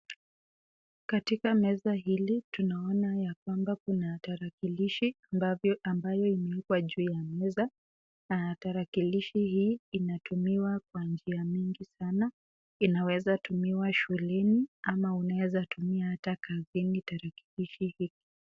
Katika meza hili tunaona ya kwamba kuna tarakilishi ambayo imewekwa juu ya meza na tarakilishi hii inatumiwa kwa njia mingi sana. Inaweza tumiwa shuleni ama unaeza tumia hata kazini tarakilishi hii.